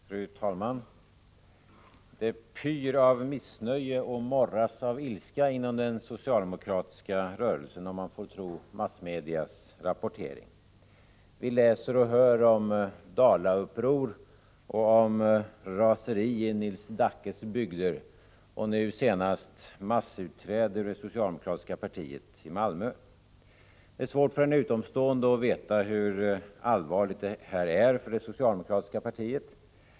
Fru talman! Det pyr av missnöje och morras av ilska inom den socialdemokratiska rörelsen, om man får tro massmedias rapportering. Vi läser och hör om dalauppror och raseri i Nils Dackes bygder och nu senast om massutträde ur det socialdemokratiska partiet i Malmö. Det är svårt för en utomstående att veta hur allvarligt detta är för det socialdemokratiska partiet.